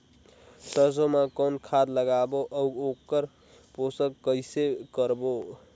सरसो मा कौन खाद लगाबो अउ ओकर पोषण कइसे करबो?